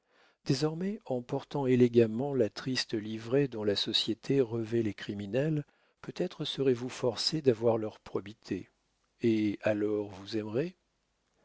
désormais en portant élégamment la triste livrée dont la société revêt les criminels peut-être serez-vous forcée d'avoir leur probité et alors vous aimerez